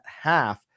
half